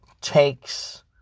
takes